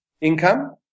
income